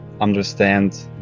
understand